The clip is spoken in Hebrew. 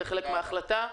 זה חלק מן ההחלטה.